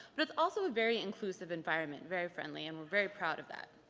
but it's also a very inclusive environment, very friendly, and we're very proud of that.